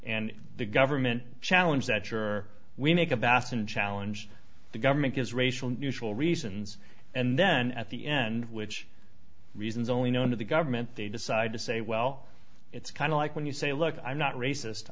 and the government challenge that sure we make a bason challenge the government is racial neutral reasons and then at the end which reasons only known to the government they decide to say well it's kind of like when you say look i'm not racist